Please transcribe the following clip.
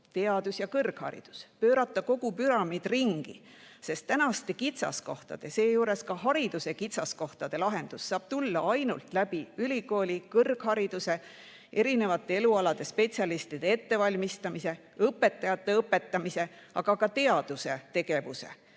teadus ja kõrgharidus. Tuleb pöörata kogu püramiid ringi, sest tänaste kitsaskohtade, seejuures ka hariduse kitsaskohtade lahendus saab tulla ainult ülikooli, kõrghariduse, erinevate elualade spetsialistide ettevalmistamise, õpetajate õpetamise, aga ka teadustegevuse